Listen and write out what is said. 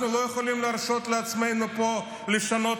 אנחנו לא יכולים להרשות לעצמנו פה לשנות